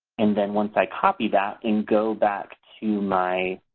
and then once i copy that and go back to my